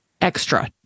extra